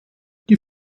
die